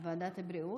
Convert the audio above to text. ועדת הבריאות.